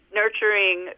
nurturing